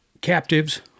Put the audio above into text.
captives